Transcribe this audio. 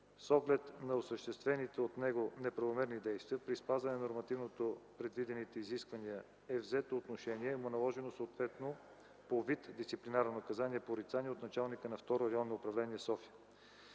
С оглед на осъществените от него неправомерни действия при спазване на нормативно предвидените изисквания е взето отношение и му е наложено съответно по вид дисциплинарно наказание „порицание” от началника на Второ районно управление в София.